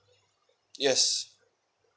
yes